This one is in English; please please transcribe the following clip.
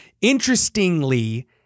interestingly